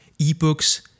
ebooks